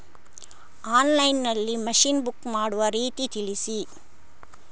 Online ನಲ್ಲಿ machine book ಮಾಡುವ ರೀತಿ ತಿಳಿಸಿ?